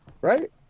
Right